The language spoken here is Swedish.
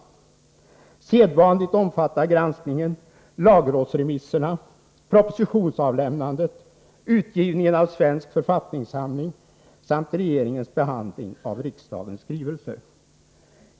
Sedvanligt omfattar granskningen lagrådsremisserna, propositionsavlämnandet, utgivningen av Svensk författningssamling samt regeringens behandling av riksdagens skrivelser.